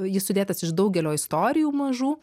jis sudėtas iš daugelio istorijų mažų